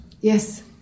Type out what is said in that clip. Yes